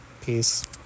Peace